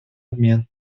обмен